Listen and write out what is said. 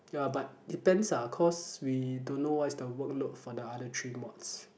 ya but depends ah cause we don't know what's the workload for the other three mods